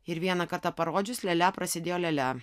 ir vieną kartą parodžius lialia prasidėjo lialia